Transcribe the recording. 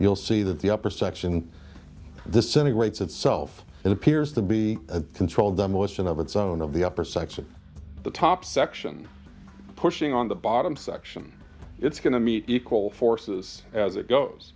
you'll see that the upper section and the center weights itself it appears to be a controlled demolition of its own of the upper section the top section pushing on the bottom section it's going to be equal forces as it goes